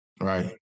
Right